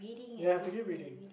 you have to keep reading